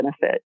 benefit